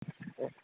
اوک